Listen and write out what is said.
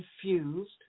confused